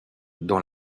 dans